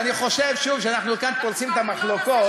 אני חושב, שוב, שאנחנו כאן פורצים את המחלוקות.